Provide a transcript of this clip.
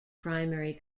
primary